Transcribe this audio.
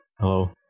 Hello